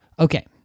Okay